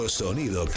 sonido